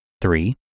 Three